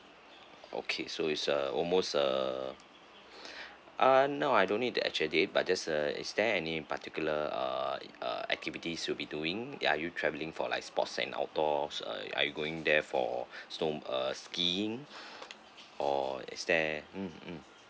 okay so is uh almost uh ah now I don't need the actual date but just uh is there any particular uh uh activities will be doing ya are you travelling for like sports and outdoors uh are you going there for snow~ uh skiing or is there mm mm